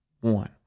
one